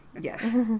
Yes